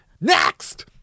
Next